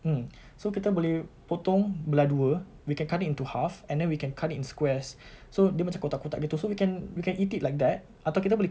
mm so kita boleh potong belah dua we can cut it into half and then we can cut it in squares so dia macam kotak-kotak gitu so we can we can eat it like that atau kita boleh